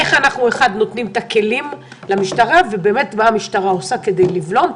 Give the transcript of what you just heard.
איך אנחנו נותנים את הכלים למשטרה ומה המשטרה עושה כדי לבלום.